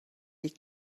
les